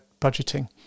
budgeting